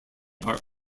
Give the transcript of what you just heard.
are